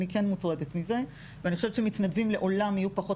אני כן מוטרדת מזה ואני חושבת שמתנדבים לעולם יהיו פחות